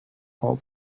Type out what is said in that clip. all